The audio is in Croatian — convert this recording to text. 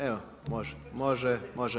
Evo, može, može.